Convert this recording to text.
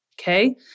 okay